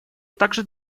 также